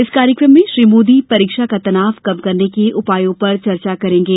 इस कार्यक्रम में श्री मोदी परीक्षा का तनाव कम करने के उपायों पर चर्चा करेंगे